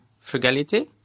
frugality